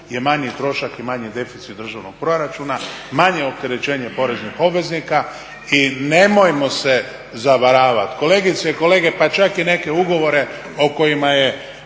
je manji trošak i manji deficit državnog proračuna, manje opterećenje poreznih obveznika i nemojmo se zavaravati, kolegice i kolege, pa čak i neke ugovore o kojima je